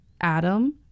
Adam